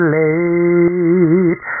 late